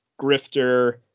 Grifter